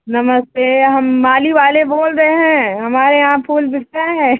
नमस्ते हम माली वाले बोल रहे हैं हमारे यहाँ फूल बिकता है